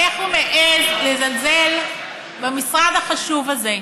איך הוא מעז לזלזל במשרד החשוב הזה?